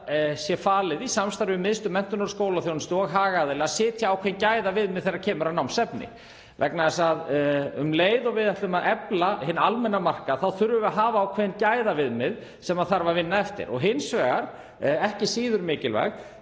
sé falið í samstarfi við Miðstöð menntunar og skólaþjónustu og hagaðila að setja ákveðin gæðaviðmið þegar kemur að námsefni, vegna þess að um leið og við ætlum að efla hinn almenna markað þurfum við að hafa ákveðin gæðaviðmið sem þarf að vinna eftir. Hins vegar, ekki síður mikilvægt,